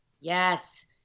Yes